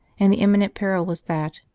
and the imminent peril was that,